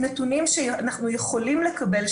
נתונים שאנחנו יכולים לקבל,